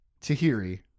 Tahiri